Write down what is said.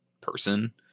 person